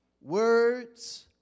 words